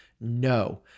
no